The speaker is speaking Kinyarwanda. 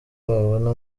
wabona